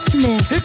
Smith